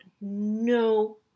no